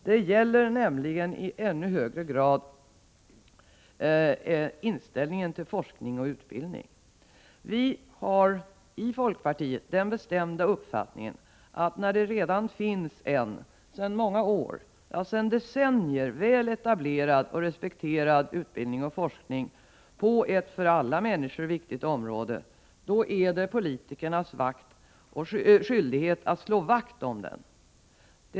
Den gäller nämligen i ännu högre grad inställningen till forskning och utbildning. Vi i folkpartiet har den bestämda uppfattningen att när det redan finns en sedan många år — ja, sedan decennier — väl etablerad och respekterad forskning och utbildning på ett för alla människor viktigt område, då är det politikers skyldighet att slå vakt om den.